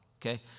Okay